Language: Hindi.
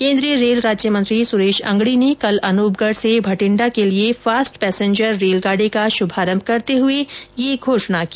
केंद्रीय रेल राज्य मंत्री सुरेश अंगड़ी ने कल अनूपगढ़ से बठिंडा के लिए फास्ट पैसेंजर रेलगाड़ी का श्भारंभ करते हुए यह घोषणा की